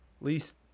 least